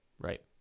right